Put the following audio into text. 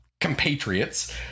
compatriots